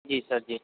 जी sir जी